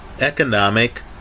economic